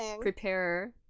prepare